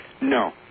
No